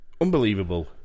Unbelievable